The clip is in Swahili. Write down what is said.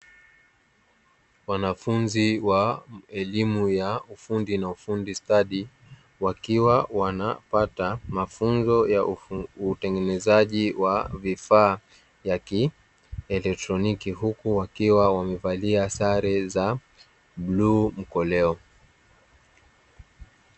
Wanafunzi wa elimu ya ufundi na ufundi stadi, wakiwa wanapata mafunzo ya utengenezaji wa vifaa vya kielektroniki, huku wakiwa wamevalia sare za bluu mkoleo.